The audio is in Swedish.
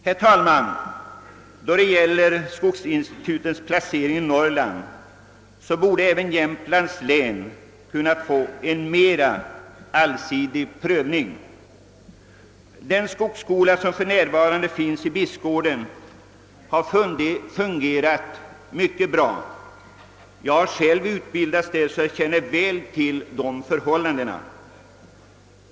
Vid avgörandet av frågan om skogsinstitutets placering i Norrland borde tanken på att välja en förläggningsort i Jämtlands län kunna bli föremål för en mera allsidig prövning. Den skogsskola som för närvarande finns i Bispgården har fungerat mycket bra. Jag har själv genomgått utbildning där och känner väl till förhållandena.